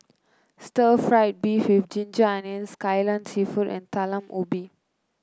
Stir Fried Beef with Ginger Onions Kai Lan seafood and Talam Ubi